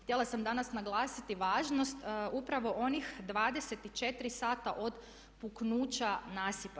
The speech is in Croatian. Htjela sam danas naglasiti važnost upravo onih 24 sata od puknuća nasipa.